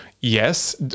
yes